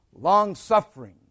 Long-suffering